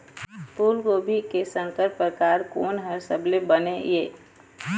फूलगोभी के संकर परकार कोन हर सबले बने ये?